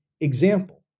Example